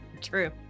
True